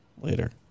later